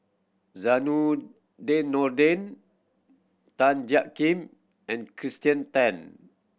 Zainudin Nordin Tan Jiak Kim and Kirsten Tan